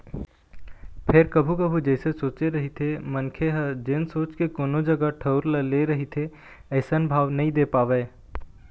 फेर कभू कभू जइसे सोचे रहिथे मनखे ह जेन सोच के कोनो जगा ठउर ल ले रहिथे अइसन भाव नइ दे पावय